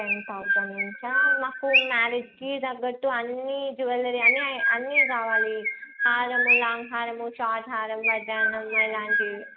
ten thousand నుంచి ఆ మాకు మ్యారేజ్కి తగినట్టు అన్ని జ్యువెలరీ అన్ని అన్నీ కావాలి హారము లాంగ్ హారము షార్ట్ హారము వడ్డాణము అలాంటివి